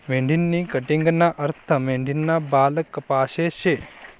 मेंढीनी कटिंगना अर्थ मेंढीना बाल कापाशे शे